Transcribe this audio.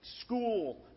School